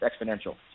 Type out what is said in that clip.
exponential